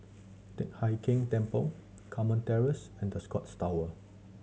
Teck Hai Keng Temple Carmen Terrace and The Scotts Tower